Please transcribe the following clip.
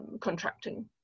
contracting